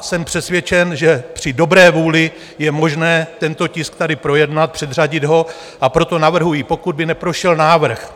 Jsem přesvědčen, že při dobré vůli je možné tento tisk tady projednat, předřadit, a proto navrhuji, pokud by neprošel návrh